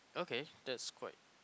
okay that's quite